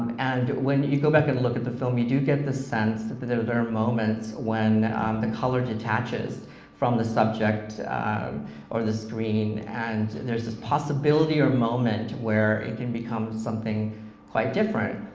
and when you go back and look at the film, you do get the sense that there there are moments when the color detaches from the subject um or the screen and there's this possibility or moment where it can become something quite different,